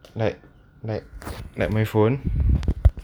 like like like my phone